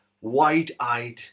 wide-eyed